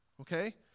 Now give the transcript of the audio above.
okay